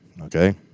Okay